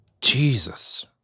Jesus